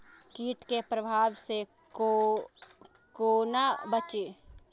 कीट के प्रभाव से कोना बचीं?